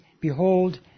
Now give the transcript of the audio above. Behold